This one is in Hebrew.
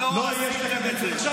לא יהיו שתי קדנציות.